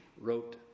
wrote